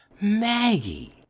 Maggie